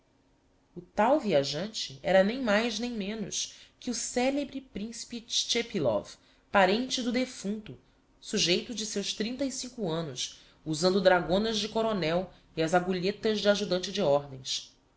o tal viajante era nem mais nem menos que o celebre principe chtchepilov parente do defunto sujeito de seus trinta e cinco annos usando dragonas de coronel e as agulhetas de ajudante de ordens